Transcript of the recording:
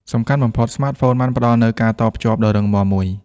សំខាន់បំផុត ស្មាតហ្វូនបានផ្តល់នូវ ការតភ្ជាប់ ដ៏រឹងមាំមួយ។